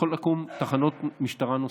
יכולות לקום תחנות משטרה נוספות,